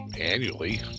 annually